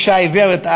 אישה עיוורת,